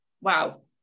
wow